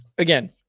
Again